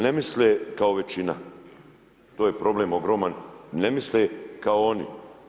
Ne misle kao većina, to je problem ogroman, ne misle kao oni.